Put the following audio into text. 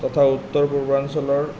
তথা উত্তৰ পূৰ্বাঞ্চলৰ